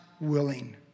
willing